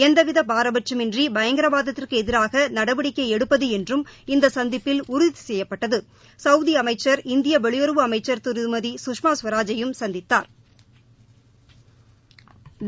எந்தவித பாரபட்சமின்றி பயங்கரவாதத்திற்கு எதிராக நடவடிக்கை எடுப்பது என்றும் இந்த சந்திப்பில் உறுதி செய்யப்பட்டது சகவூதி அமைச்ச் இந்திய வெளியுறவுத்துறை அமைச்ச் திருமதி சக்ஷ்மா ஸ்வராஜையும் சந்தித்தாா்